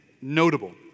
notable